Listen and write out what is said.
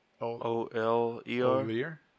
O-L-E-R